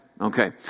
Okay